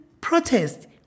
protest